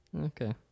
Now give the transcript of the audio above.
Okay